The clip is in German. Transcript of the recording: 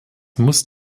muss